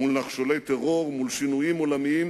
מול נחשולי טרור ומול שינויים עולמיים,